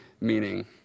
meaning